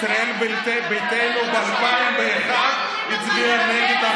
ישראל ביתנו, ב-2001 הצביעה נגד,